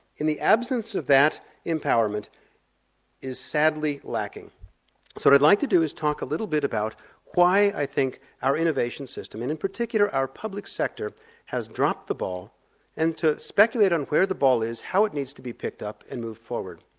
in the absence of that empowerment is sadly lacking. so what i'd like to do is talk a little bit about why i think our innovation system, and in particular our public sector, has dropped the ball and to speculate on where the ball is, how it needs to be picked up and moved forward.